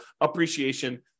appreciation